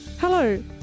hello